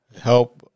help